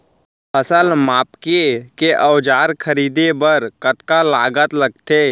फसल मापके के औज़ार खरीदे बर कतका लागत लगथे?